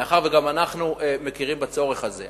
מאחר שגם אנחנו מכירים בצורך הזה.